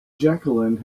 jacqueline